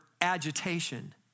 agitation